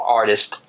artist